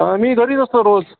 मी घरीच असतो रोज